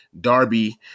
Darby